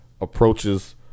approaches